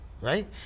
right